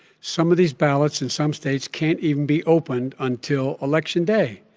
some of these ballots in some states can't even be opened until election day.